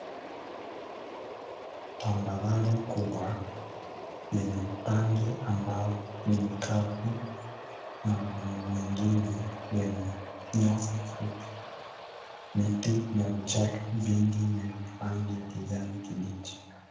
Tambarare kubwa yenye upande ambao ni mkavu na wenye mwindili wenye nyasi fupi, miti na vichaka vingi vyenye rangi ya kijani kibichi.